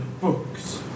books